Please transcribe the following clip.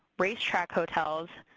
racetrack hotels,